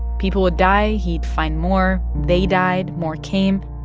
people would die he'd find more. they died more came.